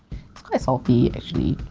it's quite salty actually.